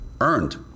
Earned